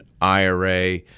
IRA